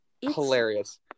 Hilarious